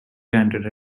granted